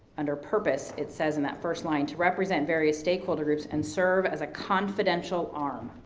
under purpose, it says on that first line, to represent various stakeholder groups and serve as a confidential arm